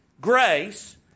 grace